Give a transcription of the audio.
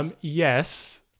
Yes